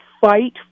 fight